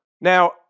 Now